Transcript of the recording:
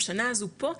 השנה הזו פה,